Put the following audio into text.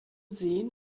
seen